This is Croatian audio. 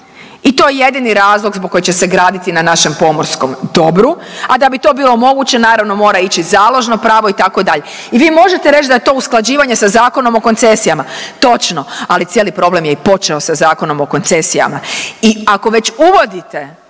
i to je jedini razlog zbog kojeg će se graditi na našem pomorskom dobru, a da bi to moglo biti moguće naravno mora ići založno pravo itd. I vi možete reći da je to usklađivanje sa Zakonom o koncesijama, točno, ali cijeli problem je i počeo sa Zakonom o koncesijama i ako već uvodite